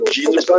Jesus